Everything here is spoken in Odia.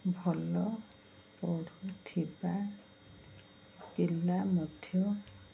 ଭଲ ପଢ଼ୁଥିବା ପିଲା ମଧ୍ୟ